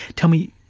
tell me,